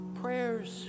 prayers